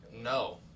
No